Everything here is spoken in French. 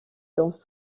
dans